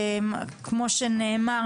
כמו שנאמר,